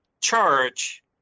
charge